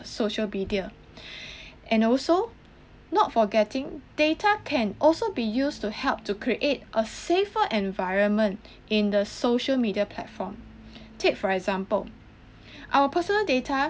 social media and also not forgetting data can also be used to help to create a safer environment in the social media platform take for example our personal data